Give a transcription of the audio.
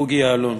בוגי יעלון.